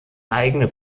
eigene